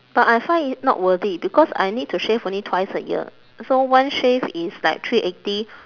but I find it not worth it because I need to shave only twice a year so one shave is like three eighty